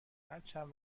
هرچند